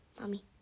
Mommy